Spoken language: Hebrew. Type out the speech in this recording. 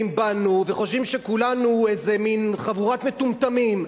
בנו וחושבים שכולנו מין חבורת מטומטמים,